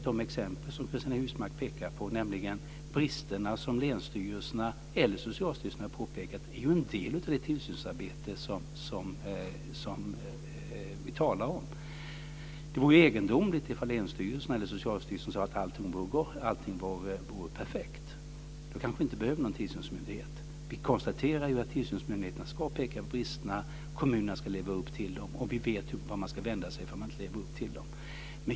De exempel som Cristina Husmark pekar på, nämligen brister som länsstyrelserna eller Socialstyrelsen har påpekat, är en del av det tillsynsarbete vi talar om. Det vore egendomligt ifall länsstyrelserna eller Socialstyrelsen sade att allting var perfekt. Då kanske vi inte behöver någon tillsynsmyndighet. Vi konstaterar att tillsynsmyndigheterna ska peka på bristerna och kommunerna ska leva upp till kraven. Vi vet vart man ska vända sig ifall kommunerna inte lever upp till dem.